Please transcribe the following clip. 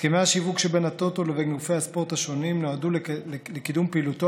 הסכמי השיווק שבין הטוטו לבין גופי הספורט השונים נועדו לקידום פעילותו